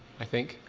i think,